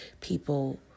people